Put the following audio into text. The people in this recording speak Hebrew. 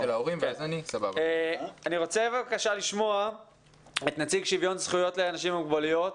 אני רוצה לשמוע את נציג נציבות שוויון זכויות לאנשים עם מוגבלויות,